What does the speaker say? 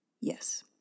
yes